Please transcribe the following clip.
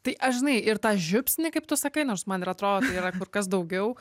tai aš žinai ir tą žiupsnį kaip tu sakai nors man ir atrodo tai yra kur kas daugiau